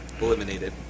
Eliminated